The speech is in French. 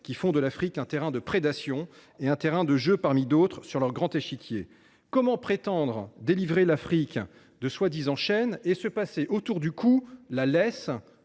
qui font de l’Afrique un terrain de prédation et un terrain de jeu parmi d’autres sur leur grand échiquier. Bravo ! Comment vouloir délivrer l’Afrique de prétendues chaînes et se passer autour du cou la laisse